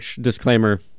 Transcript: Disclaimer